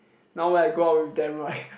now when I go out with them right